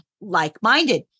like-minded